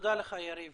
תודה לך, יריב.